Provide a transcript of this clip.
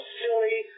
silly